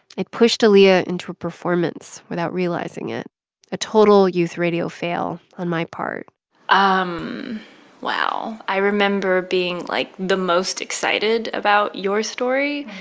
pushed aaliyah into a performance without realizing it a total youth radio fail on my part um wow. i remember being, like, the most excited about your story.